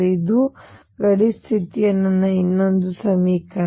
ಅದು ಗಡಿ ಸ್ಥಿತಿಯ ನನ್ನ ಇನ್ನೊಂದು ಸಮೀಕರಣ